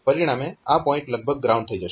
પરિણામે આ પોઇન્ટ લગભગ ગ્રાઉન્ડ થઈ જશે